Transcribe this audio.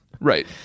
right